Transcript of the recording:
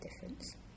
difference